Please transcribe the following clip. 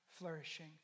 flourishing